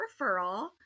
referral